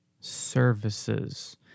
services